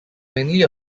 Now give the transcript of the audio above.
mainly